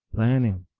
planning,